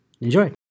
Enjoy